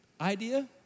idea